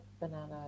banana